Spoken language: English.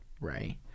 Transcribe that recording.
right